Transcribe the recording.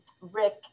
Rick